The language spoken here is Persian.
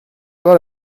بار